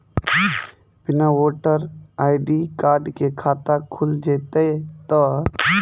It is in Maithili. बिना वोटर आई.डी कार्ड के खाता खुल जैते तो?